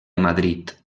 madrid